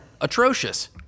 atrocious